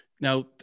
Now